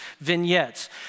vignettes